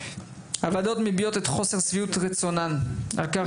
הוועדות מביעות את חוסר שביעות רצונן מכך